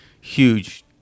huge